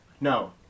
No